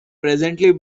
presently